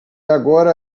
agora